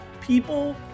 people